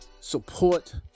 support